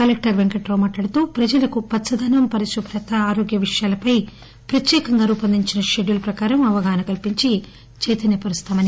collector Venkatrao మాట్లాడుతూ ప్రజలకు పచ్చదనం పరిశుభ్రత ఆరోగ్య విషయాలపై ప్రత్యేకంగా రూపొందించిన షెడ్యూల్ ప్రకారం అవగాహన కల్పించి చైతన్య పరుస్తామన్నారు